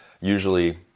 usually